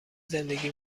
زندگی